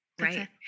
right